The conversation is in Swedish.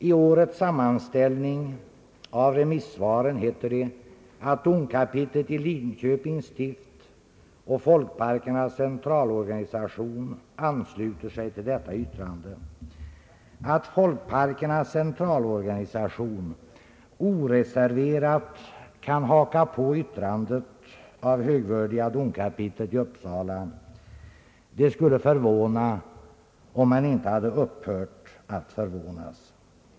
I årets sammanställning av remissvaren heter det, att »domkapitlet i Linköpings stift och Folkparkernas centralorganisation ansluter sig till detta yttrande», Att folkparkernas centralorganisation oreserverat kan haka på yttrandet av högvördiga domkapitlet i Uppsala det skulle förvåna — om man inte hade upphört att förvånas!